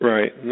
Right